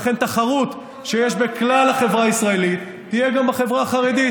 לכן תחרות שיש בכלל החברה הישראלית תהיה גם בחברה החרדית,